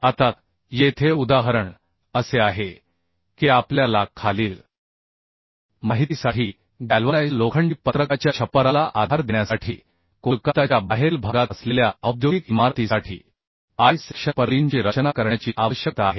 आता येथे उदाहरण असे आहे की आपल्या ला खालील माहितीसाठी गॅल्वनाइज्ड लोखंडी पत्रकाच्या छप्पराला आधार देण्यासाठी कोलकाताच्या बाहेरील भागात असलेल्या औद्योगिक इमारतीसाठी I सेक्शन पर्लिनची रचना करण्याची आवश्यकता आहे